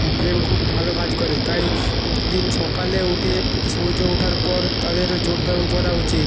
brain খুব ভালো কাজ করে তাই প্রতিদিন সকালে উঠে সূর্য ওঠার পর তাদের যোগব্যায়াম করা উচিত